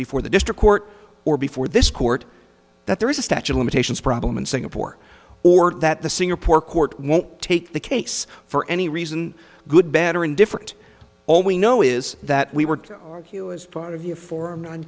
before the district court or before this court that there is a statue of limitations problem in singapore or that the singapore court won't take the case for any reason good bad or indifferent all we know is that we were part of you for